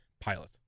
pilot